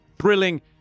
thrilling